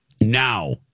Now